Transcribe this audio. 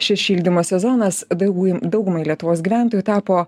šis šildymo sezonas daiguj daugumai lietuvos gyventojų tapo